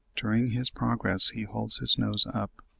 during his progress he holds his nose up,